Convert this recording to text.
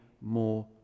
more